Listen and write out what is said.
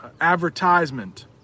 advertisement